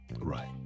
right